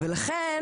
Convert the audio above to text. לכן,